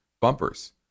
bumpers